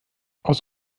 aus